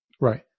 Right